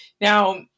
Now